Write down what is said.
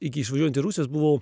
iki išvažiuojant į rusiją aš buvau